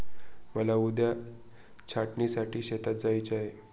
मला उद्या छाटणीसाठी शेतात जायचे आहे